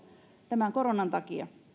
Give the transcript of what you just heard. tämän koronan takia